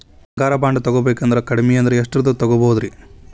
ಬಂಗಾರ ಬಾಂಡ್ ತೊಗೋಬೇಕಂದ್ರ ಕಡಮಿ ಅಂದ್ರ ಎಷ್ಟರದ್ ತೊಗೊಬೋದ್ರಿ?